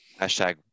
hashtag